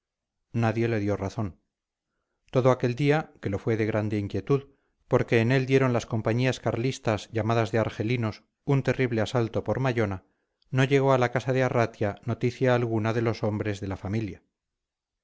nadie le dio razón todo aquel día que lo fue de grande inquietud porque en él dieron las compañías carlistas llamadas de argelinos un terrible asalto por mallona no llegó a la casa de arratia noticia alguna de los hombres de la familia